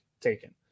taken